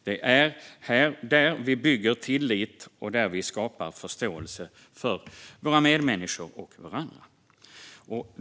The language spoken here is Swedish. Det är där vi bygger tillit och skapar förståelse för våra medmänniskor och varandra.